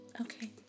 okay